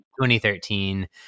2013